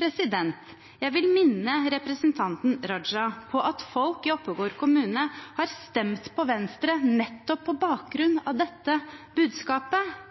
Jeg vil minne representanten Raja på at folk i Oppegård kommune har stemt på Venstre nettopp på bakgrunn av dette budskapet,